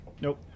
Nope